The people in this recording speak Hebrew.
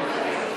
לשבועיים.